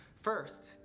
First